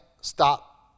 stop